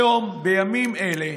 היום, בימים אלה,